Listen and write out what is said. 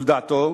ולדעתו,